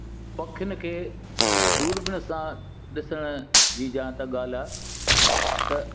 पखियुनि खे दूरबीन सां ॾिसण जी इहा त ॻाल्हि आहे त